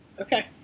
Okay